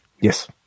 Yes